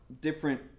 different